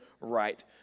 right